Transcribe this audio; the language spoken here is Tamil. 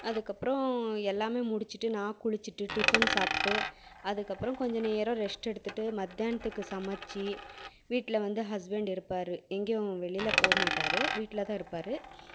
அதுக்கப்புறம் எல்லாமே முடிச்சிவிட்டு நான் குளிச்சிவிட்டு டிஃபன் சாப்பிட்டு அதுக்கப்புறம் கொஞ்சம் நேரம் ரெஸ்ட் எடுத்துவிட்டு மத்தியானதுக்கு சமைச்சி வீட்டில வந்து ஹஸ்பண்ட் இருப்பார் எங்கேயும் வெளியில் போ மாட்டா வீட்டில தான் இருப்பார்